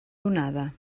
donada